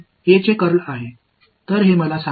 எனவே இப்போது அது இங்கே A இன் கர்ல்